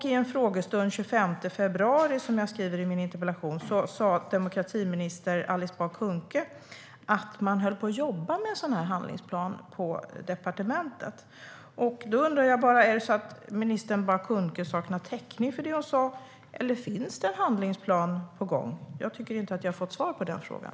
I en frågestund den 25 februari sa demokratiminister Alice Bah Kuhnke, som jag skriver i min interpellation, att man höll på att jobba med en sådan handlingsplan på departementet. Då undrar jag om minister Bah Kuhnke saknar täckning för det hon sa eller om det är en handlingsplan på gång. Jag tycker inte att jag har fått svar på den frågan.